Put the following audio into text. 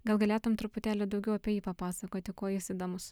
gal galėtum truputėlį daugiau apie jį papasakoti kuo jis įdomus